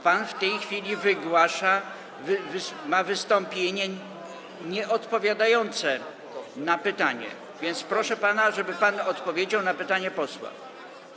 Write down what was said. Pan w tej chwili ma wystąpienie, a nie odpowiada na pytanie, więc proszę pana, żeby pan odpowiedział na pytanie posła.